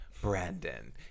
Brandon